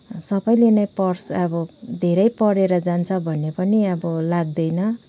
सबैले नै पढ्छ अब धेरै पढेर जान्छ भन्ने पनि अब लाग्दैन